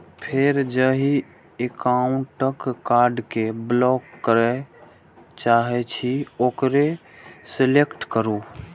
फेर जाहि एकाउंटक कार्ड कें ब्लॉक करय चाहे छी ओकरा सेलेक्ट करू